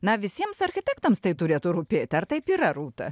na visiems architektams tai turėtų rūpėti ar taip yra rūta